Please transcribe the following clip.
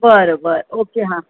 बरं बरं ओके हां